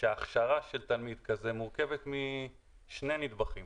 שהכשרה של תלמיד כזה מורכבת משני נדבכים.